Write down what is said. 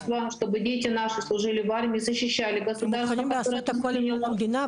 הם מוכנים לעשות הכול למען המדינה,